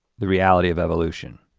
the reality of evolution,